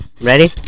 Ready